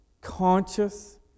conscious